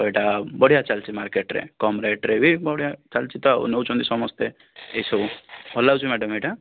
ତ ଏଇଟା ବଢ଼ିଆ ଚାଲିଛି ମାର୍କେଟରେ କମ ରେଟରେ ବି ବଢ଼ିଆ ଚାଲିଛି ତ ଆଉ ନେଉଛନ୍ତି ସମସ୍ତେ ଏହି ସବୁ ଭଲ ଲାଗୁଛି ମ୍ୟାଡ଼ାମ ଏଇଟା